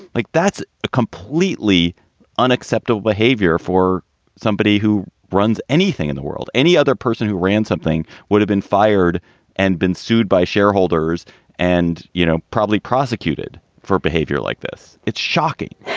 like, that's a completely unacceptable behavior for somebody who runs anything in the world. any other person who ran something would have been fired and been sued by shareholders and, you know, probably prosecuted for behavior like this. it's shocking